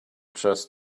just